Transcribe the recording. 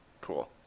Cool